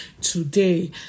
today